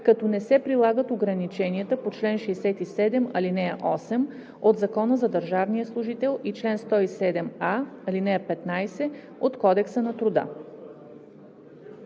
като не се прилагат ограниченията по чл. 67, ал. 8 от Закона за държавния служител и чл. 107а, ал. 15 от Кодекса на труда.“